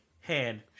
hand